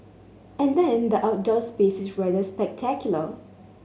and then the outdoor space is rather spectacular